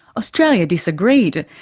australia disagreed.